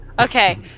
Okay